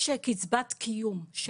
יש קצבת קיום.